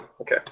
Okay